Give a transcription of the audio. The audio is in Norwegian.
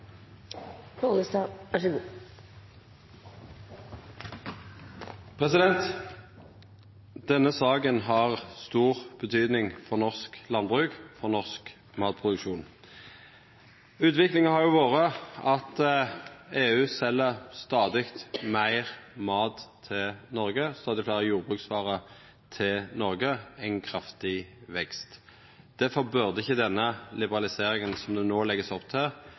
Denne saka har stor betydning for norsk landbruk og norsk matproduksjon. Utviklinga har vore at EU sel stadig meir mat til Noreg, stadig fleire jordbruksvarer til Noreg – ein kraftig vekst. Difor burde ikkje denne liberaliseringa som det no vert lagt opp til,